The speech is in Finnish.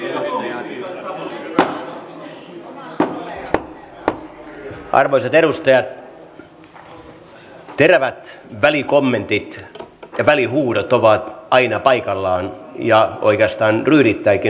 arvoisat edustajat terävät välikommentit ja välihuudot ovat aina paikallaan ja oikeastaan ryydittävätkin hyvää keskustelua